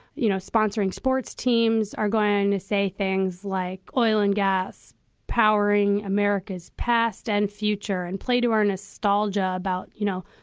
you know, sponsoring sports teams are going to say things like oil and gas powering america's past and future and play to our nostalgia about, you know,